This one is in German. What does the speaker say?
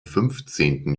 fünfzehnten